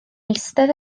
eistedd